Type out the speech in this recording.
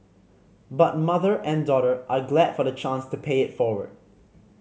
but mother and daughter are glad for the chance to pay it forward